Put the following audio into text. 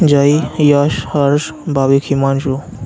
Jay Yash Harsh Bhavik Himanshu